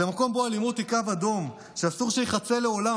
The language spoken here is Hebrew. למקום שבו אלימות היא קו אדום שאסור שייחצה לעולם,